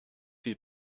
viel